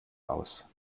aus